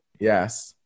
Yes